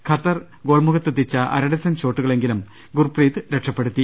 Qatar ഗോൾമുഖത്തെത്തിച്ച അര dozen ഷോട്ടുകളെങ്കിലും ഗുർപ്രീത് രക്ഷപ്പെടുത്തി